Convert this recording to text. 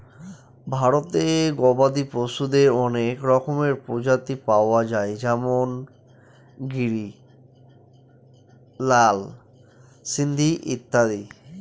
ভারতে গবাদি পশুদের অনেক রকমের প্রজাতি পাওয়া যায় যেমন গিরি, লাল সিন্ধি ইত্যাদি